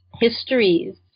histories